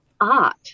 art